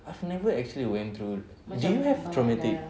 I've never actually went through do you have traumatic